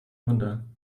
wunder